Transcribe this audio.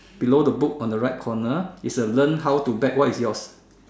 below the book on the right color is a learn how to bet what is yours